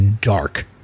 dark